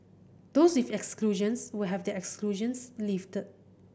those with exclusions will have their exclusions lifted